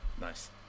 nice